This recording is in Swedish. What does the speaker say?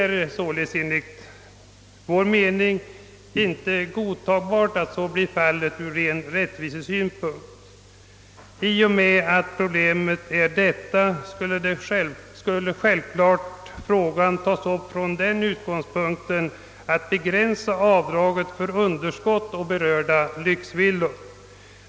Det är enligt vår mening av rättviseskäl inte godtagbart att så blir fallet. Frågan borde givetvis omprövas i syfte att begränsa avdraget för underskott på berörda lyxvillor.